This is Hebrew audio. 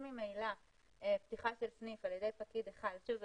אם ממילא פתיחה של סניף על ידי פקיד אחד שוב,